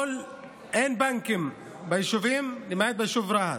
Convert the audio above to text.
אין בנקים ביישובים, למעט ביישוב רהט.